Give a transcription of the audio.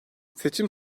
seçim